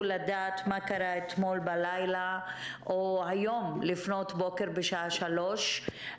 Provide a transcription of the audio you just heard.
לדעת מה קרה אתמול בלילה או היום לפנות בוקר בשלוש.